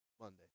Monday